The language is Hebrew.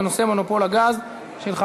אבל כדאי גם שהציבור ידע וישותף בעניין,